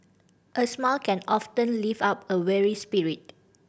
a smile can often lift up a weary spirit